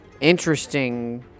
interesting